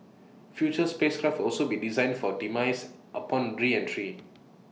future spacecraft will also be designed for demise upon reentry